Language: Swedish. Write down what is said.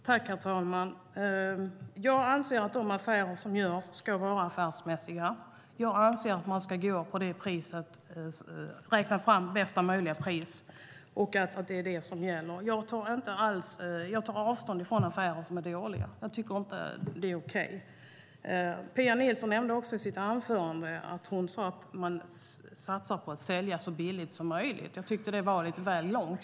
Herr talman! Jag anser att de affärer som görs ska vara affärsmässiga. Jag anser att man ska räkna fram bästa möjliga pris och att det är det som gäller. Jag tar avstånd från affärer som är dåliga. Jag tycker inte att det är okej. Pia Nilsson sade i sitt anförande att man satsar på att sälja så billigt som möjligt. Jag tycker att det var lite väl lågt.